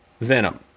venom